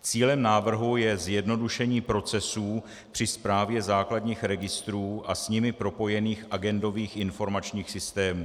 Cílem návrhu je zjednodušení procesů při správě základních registrů a s nimi propojených agendových informačních systémů.